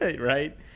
Right